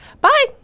Bye